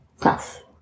tough